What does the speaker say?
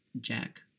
Jack